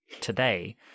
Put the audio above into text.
today